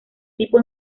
tipo